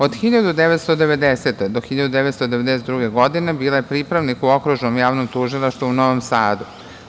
Od 1990-1992. godine bila je pripravnik u Okružnom javnom tužilaštvu u Novom Sadu.